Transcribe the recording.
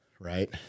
right